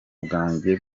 bwanjye